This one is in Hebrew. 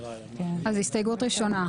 הסתייגות ראשונה.